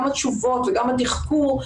גם התשובות וגם התחקור,